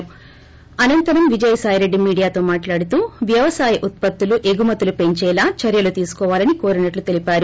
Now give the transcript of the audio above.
ఎగుమతులకు ఉపరాష్టపతికి అనంతరం విజయసాయిరెడ్డి మీడియాతో మాట్లాడుతూ వ్యవసాయ ఉత్పత్తులు ఎగుమతులు పెంచేలా చర్యలు తీసుకోవాలని కోరినట్లు తెలిపారు